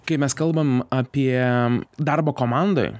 kai mes kalbam apie darbą komandoj